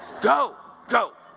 go, go,